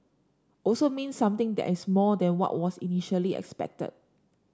also means something that is more than what was initially expected